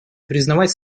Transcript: признавать